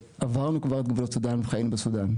שעברנו כבר את גבולות סודן ואנחנו חיים בסודן.